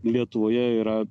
lietuvoje yra